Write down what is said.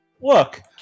Look